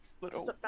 little